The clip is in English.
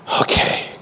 okay